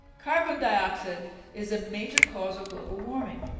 carbon dioxide is a major cause of global warming.